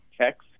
text